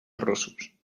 rossos